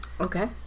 Okay